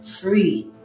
Free